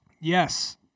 Yes